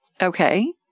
Okay